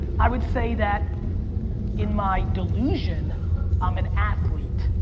i would say that in my delusion i'm an athlete,